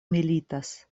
militas